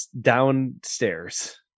downstairs